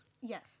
Yes